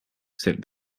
said